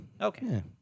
Okay